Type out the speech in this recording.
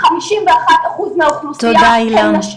חמישים ואחת אחוז מהאוכלוסיה הן נשים.